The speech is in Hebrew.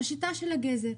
לעבוד בשיטה של הגזר.